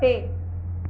टे